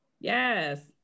yes